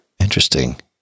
Interesting